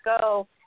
go